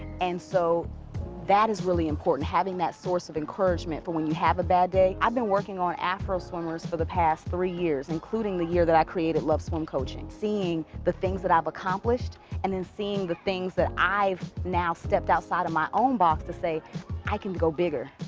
and so that is really important having that source of encouragement for when you have a bad day. i've been working on afroswimmers for the past three years, including the year that i created love swim coaching. seeing the things that i've accomplished and then seeing the things that i've now stepped outside of my own box to say i can go bigger.